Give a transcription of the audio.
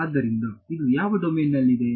ಆದ್ದರಿಂದ ಇದು ಯಾವ ಡೊಮೇನ್ನಲ್ಲಿದೆ